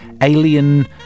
alien